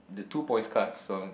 the two points cards so